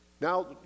Now